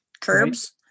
curbs